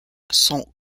sont